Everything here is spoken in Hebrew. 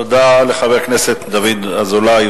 תודה לחבר הכנסת דוד אזולאי,